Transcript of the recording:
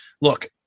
Look